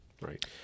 Right